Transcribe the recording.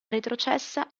retrocessa